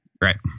Right